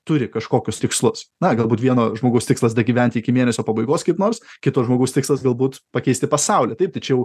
turi kažkokius tikslus na galbūt vieno žmogaus tikslas dagyventi iki mėnesio pabaigos kaip nors kito žmogaus tikslas galbūt pakeisti pasaulį taip tai čia jau